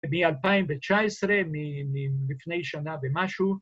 ‫מ-2019, מלפני שנה ומשהו.